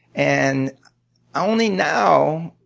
and only now,